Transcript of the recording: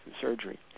surgery